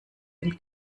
dem